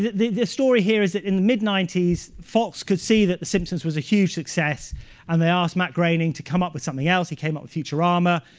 the the story here is that, in the mid ninety s, fox could see that the simpsons was a huge success and they asked matt groening to come up with something else. he came up with futurama.